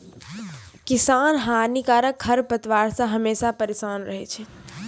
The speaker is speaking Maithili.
किसान हानिकारक खरपतवार से हमेशा परेसान रहै छै